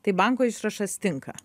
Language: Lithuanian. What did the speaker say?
tai banko išrašas tinka